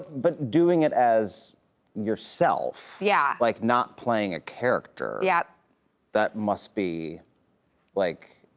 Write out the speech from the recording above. but doing it as yourself, yeah like not playing a character, yeah that must be like,